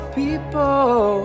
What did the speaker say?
people